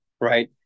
right